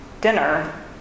dinner